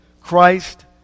Christ